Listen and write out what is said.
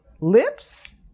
lips